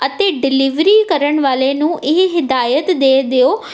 ਅਤੇ ਡਿਲੀਵਰੀ ਕਰਨ ਵਾਲੇ ਨੂੰ ਇਹ ਹਿਦਾਇਤ ਦੇ ਦਿਓ